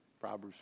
Proverbs